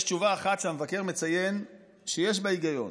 יש תשובה אחת שהמבקר מציין שיש בה היגיון,